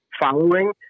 following